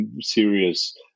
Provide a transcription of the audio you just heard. serious